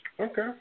Okay